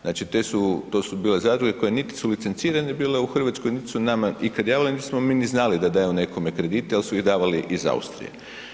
Znači to su bile zadruge koje niti su licencirane bile u Hrvatskoj niti su nama nikad javile niti smo znali da daju nekome kredite jel su ih davali iz Austrije.